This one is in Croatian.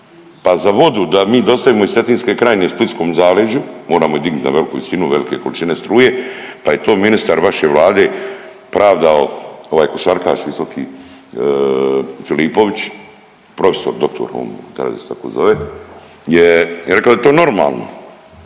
Pa za vodu da mi dostavimo iz Cetinske krajine splitskom zaleđu, moramo je dignuti na veliku visinu, velike količine struje, pa je to ministar vaše Vlade pravdao, ovaj košarkaš visoki Filipović, profesor doktor on kaže da se tako zove je rekao da je to normalno,